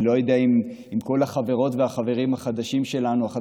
אני לא יודע אם כל החברות והחברים החדשים שלנו כאן,